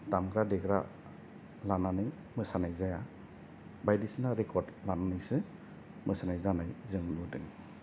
दामग्रा देग्रा लानानै मोसानाय जाया बायदिसिना रेकर्ड खालामनानैसो मोसानाय जानाय जों नुदों